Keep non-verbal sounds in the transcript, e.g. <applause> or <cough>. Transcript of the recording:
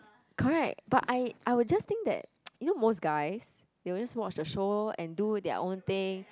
correct but I I would just think that <noise> you know most guys they will just watch their show and do their own thing